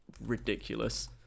ridiculous